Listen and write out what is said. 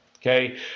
okay